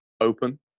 open